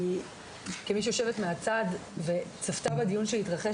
כמי שיושבת מהצד וצפתה בדיון שהתרחש,